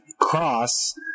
Cross